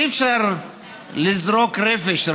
אי-אפשר רק לזרוק רפש.